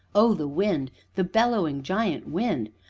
oh, the wind the bellowing, giant wind!